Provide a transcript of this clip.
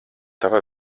tava